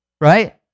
right